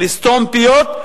לסתום פיות,